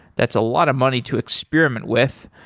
that's a lot of money to experiment with.